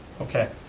okay,